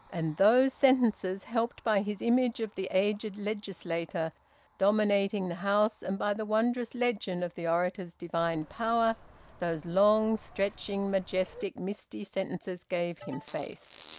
and those sentences, helped by his image of the aged legislator dominating the house, and by the wondrous legend of the orator's divine power those long stretching, majestic, misty sentences gave him faith.